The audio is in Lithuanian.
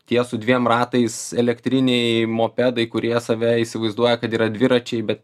tie su dviem ratais elektriniai mopedai kurie save įsivaizduoja kad yra dviračiai bet